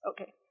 Okay